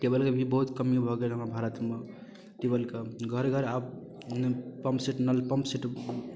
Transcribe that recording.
ट्यूबवेलके भी बहुत कमी भऽ गेल हमर भारतमे ट्यूबवेलके घर घर आब मने पम्पसेट नल पम्पसेट